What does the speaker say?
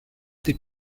des